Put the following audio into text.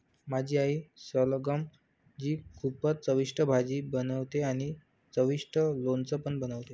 माझी आई सलगम ची खूपच चविष्ट भाजी बनवते आणि चविष्ट लोणचं पण बनवते